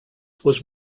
was